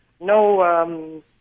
no